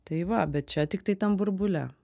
tai va bet čia tik tai tam burbule